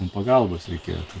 mum pagalbos reikėtų